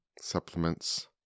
supplements